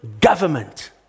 government